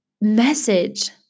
message